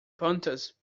pontus